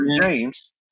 James